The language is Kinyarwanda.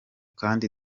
kandi